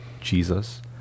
Jesus